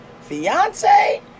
fiance